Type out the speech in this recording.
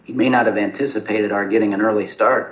you may not have anticipated are getting an early start